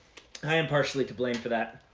i am partially to blame for that.